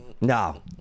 No